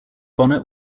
bonnet